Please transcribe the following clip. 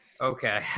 Okay